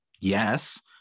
yes